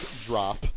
drop